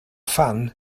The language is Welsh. phan